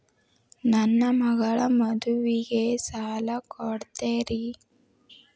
ನನ್ನ ಮಗಳ ಮದುವಿಗೆ ಸಾಲ ಕೊಡ್ತೇರಿ?